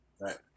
right